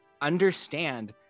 understand